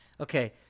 Okay